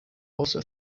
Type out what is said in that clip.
also